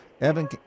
Evan